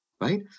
right